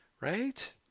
right